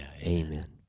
amen